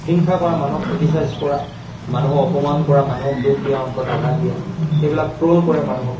হিংসা কৰা মানুহক ক্ৰিটিছাইজ কৰা মানুহক অপমান কৰা মানুহক দুখ দিয়া অন্তৰত আঘাত দিয়া এইবিলাক ট্ৰল কৰে মানুহক